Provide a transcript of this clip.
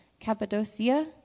Cappadocia